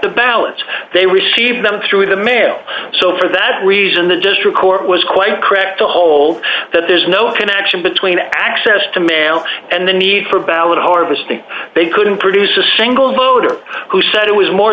the ballots they received them through the mail so for that reason the gist record was quite correct to hold that there's no connection between access to mail and the need for ballot harvesting they couldn't produce a single voter who said it was more